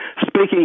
Speaking